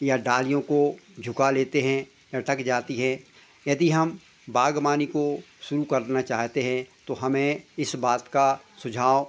या डालियों को झुका लेते हैं लटक जाती हैं यदि हम बाग़बानी को शुरू करना चाहते हैं तो हमें इस बात का सुझाव